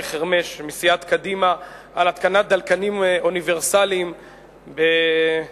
חרמש מסיעת קדימה על התקנת דלקנים אוניברסליים ברכבים.